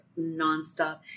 nonstop